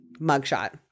mugshot